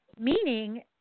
Meaning